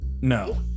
No